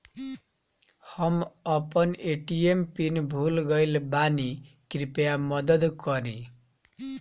हम अपन ATM pin भूल गएल बानी, कृपया मदद करीं